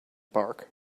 bark